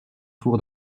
tour